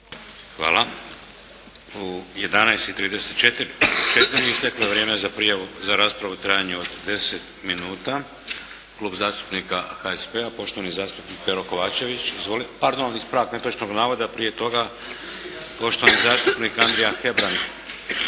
Hvala. U 11,34 isteklo je vrijeme za prijavu za raspravu u trajanju od 10 minuta. Klub zastupnika HSP-a poštovani zastupnik Pero Kovačević. Izvolite. Pardon ispravak netočnog navoda prije toga poštovani zastupnik Andrija Hebrang.